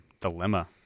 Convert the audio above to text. dilemma